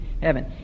heaven